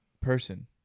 person